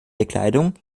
bekleidung